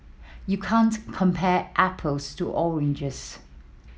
you can't compare apples to oranges